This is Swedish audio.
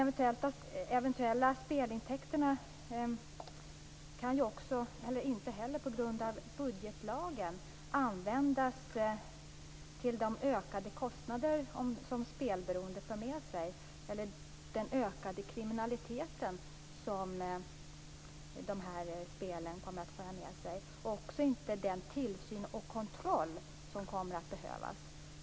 De eventuella spelintäkterna kan inte på grund av budgetlagen användas till de ökade kostnader som spelberoende för med sig, den ökade kriminaliteten som kasinona kommer att föra med sig eller för den tillsyn och kontroll som kommer att behövas.